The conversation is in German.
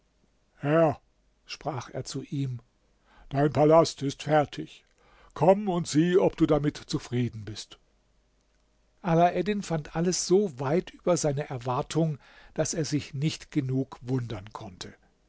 herr sprach er zu ihm dein palast ist fertig komm und sieh ob du damit zufrieden ist alaeddin fand alles so weit über seine erwartung daß er sich nicht genug wundem konnte